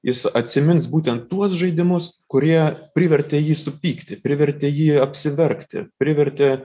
jis atsimins būtent tuos žaidimus kurie privertė jį supykti privertė jį apsiverkti privertė